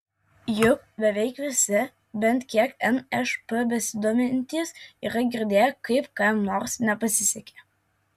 juk beveik visi bent kiek nšp besidomintys yra girdėję kaip kam nors nepasisekė